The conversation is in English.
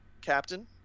Captain